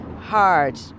hard